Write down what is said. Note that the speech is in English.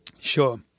Sure